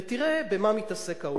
ותראה במה מתעסק העולם: